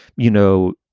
you know,